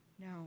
No